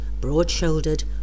broad-shouldered